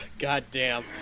Goddamn